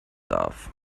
darf